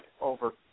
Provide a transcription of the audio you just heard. over